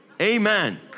Amen